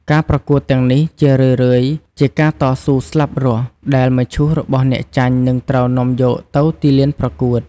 ការប្រកួតទាំងនេះជារឿយៗជាការតស៊ូស្លាប់រស់ ដែលមឈូសរបស់អ្នកចាញ់នឹងត្រូវនាំយកទៅទីលានប្រកួត។